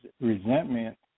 resentment